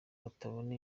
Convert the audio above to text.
batabona